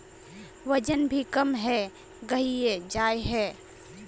वजन भी कम है गहिये जाय है?